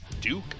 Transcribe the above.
Duke